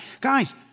Guys